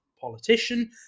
politician